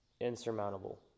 insurmountable